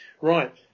Right